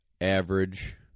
average